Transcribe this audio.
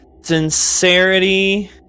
Sincerity